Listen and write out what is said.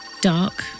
Dark